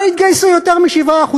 לא יתגייסו יותר מ-7%,